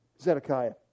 Zedekiah